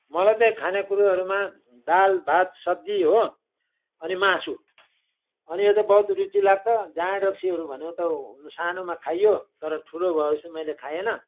मलाई चाहिँ खाने कुरोहरूमा दाल भात सब्जी हो अनि मासु अनि यो त बहुत रुचि लाग्छ जाँड रक्सीहरू भनेको त सानोमा खाइयो तर ठुलो भएपछि मैले खाएन